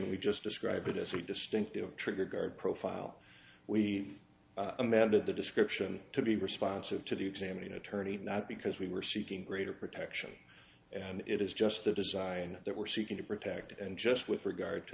application we just describe it as a distinctive trigger guard profile we amended the description to be responsive to the examining attorney not because we were seeking greater protection and it is just the design that we're seeking to protect and just with regard to